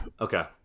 Okay